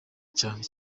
cyane